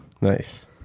Nice